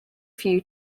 few